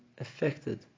affected